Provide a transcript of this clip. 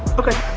okay,